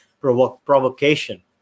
provocation